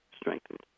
strengthened